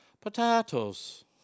Potatoes